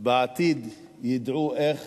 ידעו בעתיד איך